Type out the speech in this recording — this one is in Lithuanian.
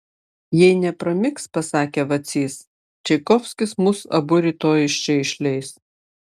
jei nepramigs pasakė vacys čaikovskis mus abu rytoj iš čia išleis